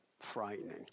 frightening